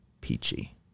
peachy